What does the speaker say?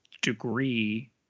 degree